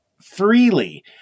freely